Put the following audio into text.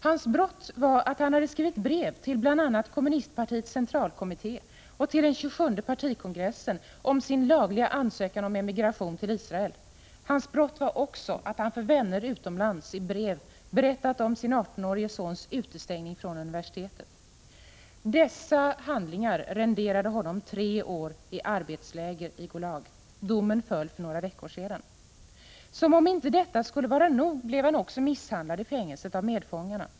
Hans brott var att han skrivit brev till bl.a. kommunistpartiets centralkommitté och till den 27:e kongressen om sin lagliga ansökan om emigration till Israel. Hans brott var också att han för vänner utomlands i brev berättat om sin 18-årige sons utestängning från universitetet. Dessa handlingar renderade honom tre år i arbetslägret Gulag. Domen föll för några veckor sedan. Som om detta inte skulle vara nog blev han också misshandlad i fängelset av medfångarna.